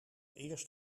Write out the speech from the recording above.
eerst